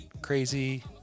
Crazy